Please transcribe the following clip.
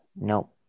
Nope